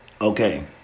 Okay